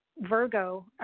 virgo